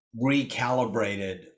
recalibrated